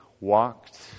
walked